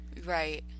right